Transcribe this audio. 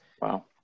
Wow